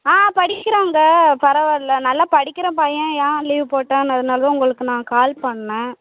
ஆ படிக்கிறாங்க பரவாயில்ல நல்லா படிக்கிற பையன் ஏன் லீவ் போட்டான் அதனால தான் உங்களுக்கு நான் கால் பண்ணேன்